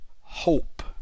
hope